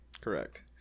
Correct